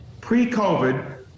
pre-COVID